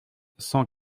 cent